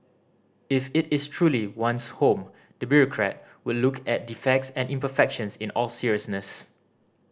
if it is truly one's home the bureaucrat would look at defects and imperfections in all seriousness